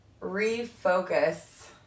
refocus